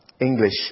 English